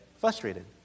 frustrated